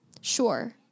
Sure